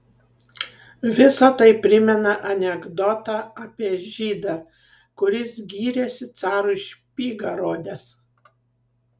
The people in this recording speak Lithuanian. visa tai primena anekdotą apie žydą kuris gyrėsi carui špygą rodęs